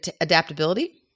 adaptability